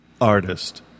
artist